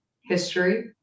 history